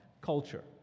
culture